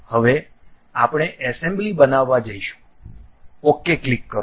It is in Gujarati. હવે આપણે એસેમ્બલી બનાવવા જઈશું OK ક્લિક કરો